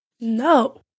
No